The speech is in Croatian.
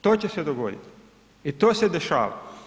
To će se dogoditi i to se dešava.